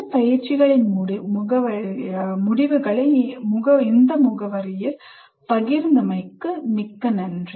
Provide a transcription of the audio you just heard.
இந்த பயிற்சிகளின் முடிவுகளை இந்த முகவரியில் பகிர்ந்தமைக்கு நன்றி